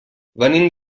venim